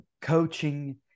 coaching